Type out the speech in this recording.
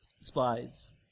spies